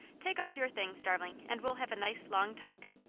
take off your things, darling, and we'll have a nice long talk.